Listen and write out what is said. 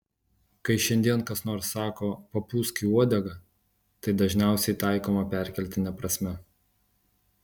kai šiandien kas nors sako papūsk į uodegą tai dažniausiai taikoma perkeltine prasme